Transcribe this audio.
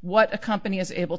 what a company is able to